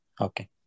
Okay